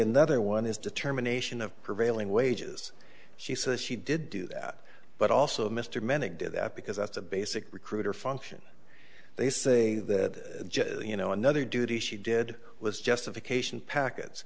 another one is determination of prevailing wages she says she did do that but also mr manic did that because that's a basic recruiter function they say that you know another duty she did was justification packets